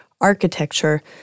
Architecture